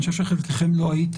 אני חושב שחלקכם לא הייתם,